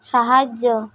ସାହାଯ୍ୟ